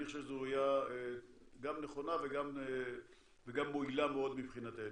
אני חושב שזו ראייה גם נכונה וגם מועילה מאוד מבחינתנו.